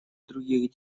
других